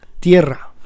Tierra